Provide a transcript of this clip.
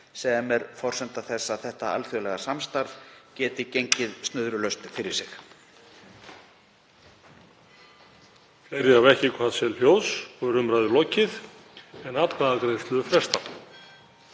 sem er forsenda þess að þetta alþjóðlega samstarf geti gengið snurðulaust fyrir sig.